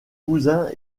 cousins